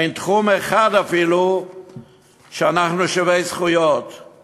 אין אפילו תחום אחד שאנחנו שווי זכויות בו.